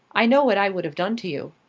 i know what i would have done to you.